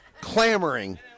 clamoring